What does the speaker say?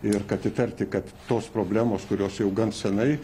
ir kad įtarti kad tos problemos kurios jau gan senai